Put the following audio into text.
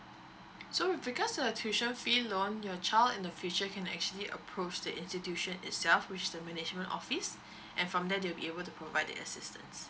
so with regards to the tuition fee loan your child in the future can actually approach the institution itself which is the management office and from there they will be able to provide the assistance